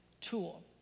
tool